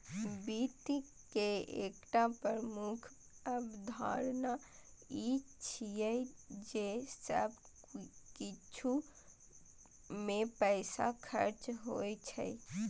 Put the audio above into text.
वित्त के एकटा प्रमुख अवधारणा ई छियै जे सब किछु मे पैसा खर्च होइ छै